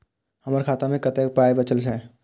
हमर खाता मे कतैक पाय बचल छै